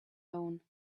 alone